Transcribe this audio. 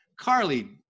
Carly